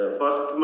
first